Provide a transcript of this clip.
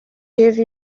give